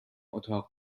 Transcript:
اتاق